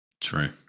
True